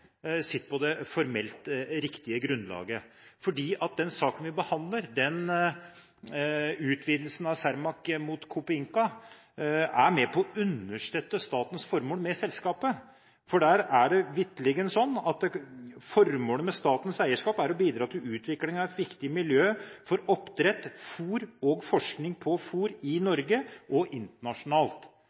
sitt på det tørre med hensyn til et formelt riktig grunnlag. For saken om utvidelsen av Cermaq mot Copeinca som vi behandler, er med på å understøtte statens formål med selskapet. Der er det vitterlig sånn at formålet med statens eierskap er å bidra til utvikling av et viktig miljø for oppdrett, fôr og forskning på fôr i Norge og internasjonalt.